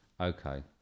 Okay